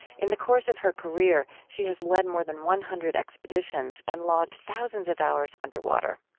in the course of her career, she has led more than one hundred expeditions and logged thousands of hours underwater.